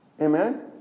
Amen